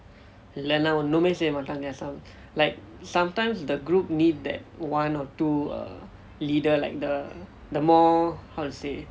இல்லனா ஒண்ணுமே செய்ய மாட்டாங்க:illanaa onnume seyya maataanga like sometimes the group need that one or two err leader like the the more how to say